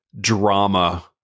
drama